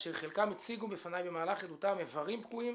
כאשר חלקם הציגו בפניי במהלך עדותם איברים פגועים,